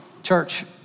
Church